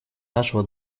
нашего